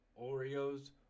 Oreos